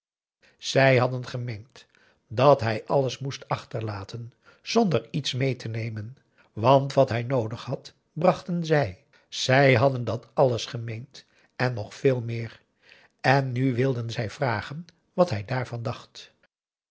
zij hadden gemeend dat hij alles moest achterlaten zonder iets mee te nemen want wat hij noodig had brachten zij zij hadden dat alles gemeend en nog veel meer en nu wilden zij vragen wat hij daarvan dacht